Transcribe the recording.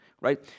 right